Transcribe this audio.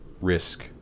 risk